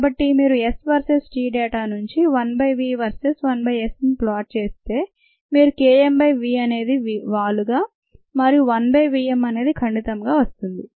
కాబట్టి మీరు S versus t data నుంచి 1 బై v వర్సె్స్ 1 బై Sను ప్లాట్ చేస్తే మీరు K m by v m అనేది వాలుగా మరియు 1 బై vm అనేది ఖండితముగా వస్తుంది